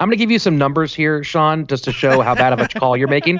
i'm gonna give you some numbers here sean. just to show how bad of a call you're making